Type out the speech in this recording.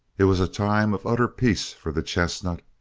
it was a time of utter peace for the chestnut.